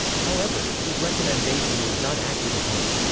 however, his recommendation was not acted upon.